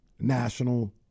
national